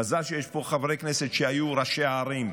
מזל שיש פה חברי כנסת שהיו ראשי ערים.